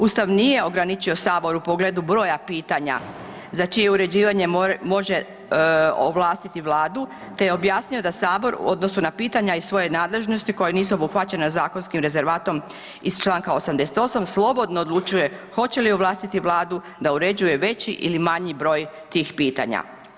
Ustav nije ograničio Sabor u pogledu broja pitanja za čije uređivanje može ovlastiti Vladu te je objasnio da Sabor u odnosu na pitanja iz svoje nadležnosti koja nisu obuhvaćena zakonskim rezervatom iz članka 88. slobodno odlučuje hoće li ovlastiti Vladu da uređuje veći ili manji broj tih pitanja.